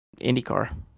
IndyCar